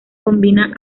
combina